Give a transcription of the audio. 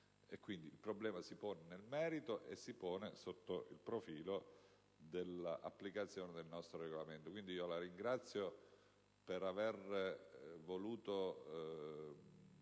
il problema si pone nel merito e sotto il profilo dell'applicazione del nostro Regolamento.